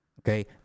Okay